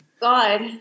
God